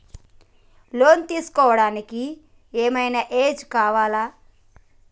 Loan తీస్కోవడానికి ఏం ఐనా ఏజ్ కావాలా?